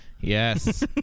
Yes